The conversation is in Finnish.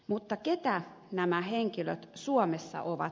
mutta keitä nämä henkilöt suomessa ovat